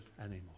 anymore